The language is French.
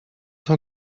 cent